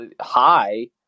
high